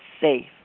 safe